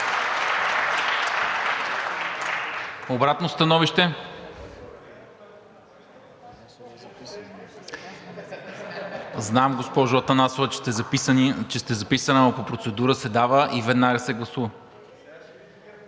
Атанасова.) Знам, госпожо Атанасова, че сте записана, но процедура се дава и веднага се гласува.